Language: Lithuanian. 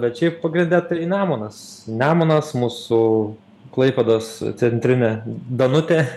bet šiaip pagrinde tai nemunas nemunas mūsų klaipėdos centrinė danutė